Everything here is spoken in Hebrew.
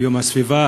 ביום הסביבה.